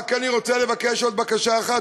אני רק רוצה לבקש עוד בקשה אחת,